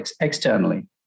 externally